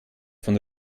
von